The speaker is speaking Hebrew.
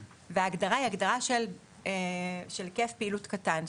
וההגדרה היא הגדרה של גוף בעל היקף פעילות קטן.